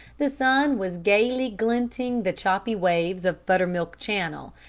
the sun was gayly glinting the choppy waves of buttermilk channel,